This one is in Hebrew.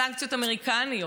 סנקציות אמריקניות,